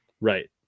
Right